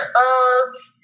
herbs